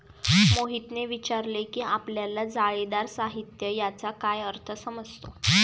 मोहितने विचारले की आपल्याला जाळीदार साहित्य याचा काय अर्थ समजतो?